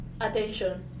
attention